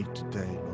today